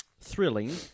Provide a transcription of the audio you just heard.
thrilling